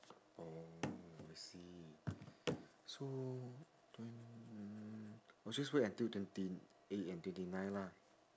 oh I see so twen~ mm oh just wait until twenty eight and twenty nine lah